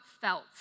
felt